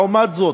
לעומת זאת,